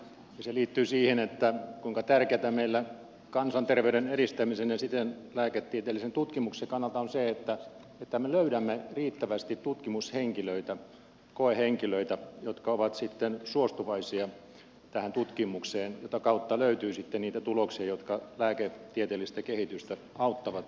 se liittyy siihen kuinka tärkeätä meillä kansanterveyden edistämisen ja siten lääketieteellisen tutkimuksen kannalta on se että me löydämme riittävästi tutkimushenkilöitä koehenkilöitä jotka ovat sitten suostuvaisia tähän tutkimukseen jota kautta löytyy sitten niitä tuloksia jotka lääketieteellistä kehitystä auttavat